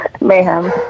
Mayhem